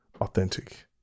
authentic